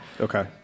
okay